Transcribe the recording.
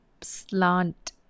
slant